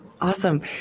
Awesome